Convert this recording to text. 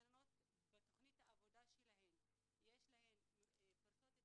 הגננות בתכנית העבודה שלהן פורסות את